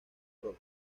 bros